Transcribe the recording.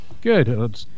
Good